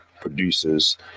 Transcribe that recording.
producers